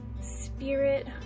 Spirit